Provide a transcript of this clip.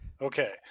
Okay